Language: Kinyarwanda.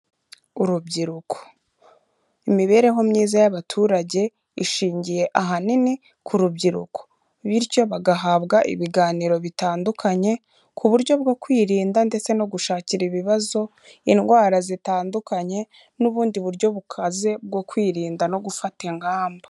Urubyiruko imibereho myiza y'abaturage ishingiye ahanini ku rubyiruko, bityo bagahabwa ibiganiro bitandukanye ku buryo bwo kwirinda ndetse no gushakira ibibazo, indwara zitandukanye n'ubundi buryo bukaze bwo kwirinda no gufata ingamba.